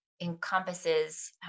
encompasses